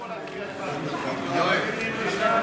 2010,